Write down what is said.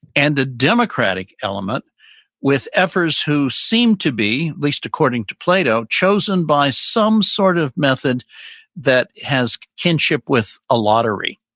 and the democratic element with efforts who seem to be, at least according to plato, chosen by some sort of method that has kinship with a lottery